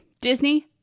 Disney